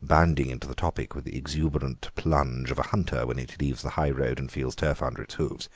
bounding into the topic with the exuberant plunge of a hunter when it leaves the high road and feels turf under its hoofs